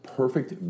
perfect